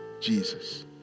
Jesus